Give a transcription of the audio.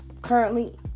currently